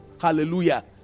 Hallelujah